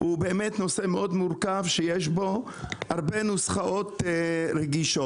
הוא באמת נושא מאוד מורכב שיש בו הרבה נוסחאות רגישות